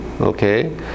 Okay